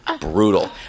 Brutal